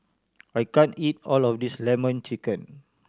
I can't eat all of this Lemon Chicken